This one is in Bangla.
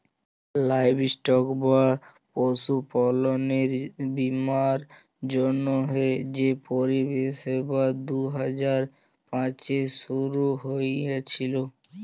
লাইভস্টক বা পশুপাললের বীমার জ্যনহে যে পরিষেবা দু হাজার পাঁচে শুরু হঁইয়েছিল